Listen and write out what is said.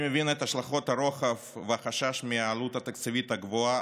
אני מבין את השלכות הרוחב והחשש מהעלות התקציבית הגבוהה,